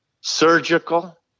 surgical